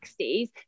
60s